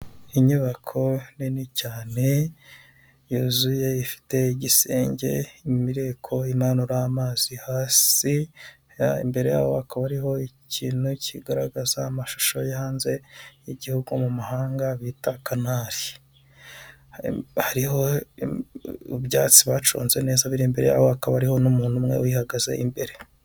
Inyubako nini cyane yuzuye, ifite igisenge, imireko imanura amazi hasi, imbere yaho hakaba hariho ikintu kigaragaza amashusho yo hanze y'igihugu mu mahanga bita Canal, hariho ibyatsi baconze neza, biri imbere yaho, hakaba hariho n'umuntu umwe, uyihagaze imbere.